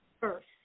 first